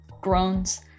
groans